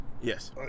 Yes